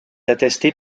attestée